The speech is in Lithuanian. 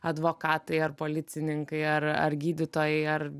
advokatai ar policininkai ar ar gydytojai ar